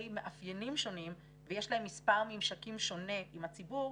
מאפיינים שונים ויש להם מספר ממשקים שונה עם הציבור,